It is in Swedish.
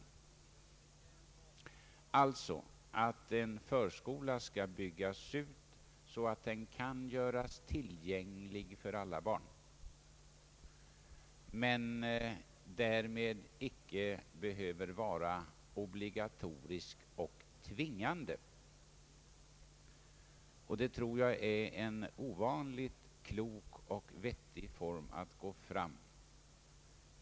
Vi anser alltså att en förskola skall byggas ut så att den kan göras tillgänglig för alla barn. Men den behöver därmed inte vara obligatorisk och tvingande. Jag tror att det är ett ovanligt klokt och vettigt sätt att gå fram på.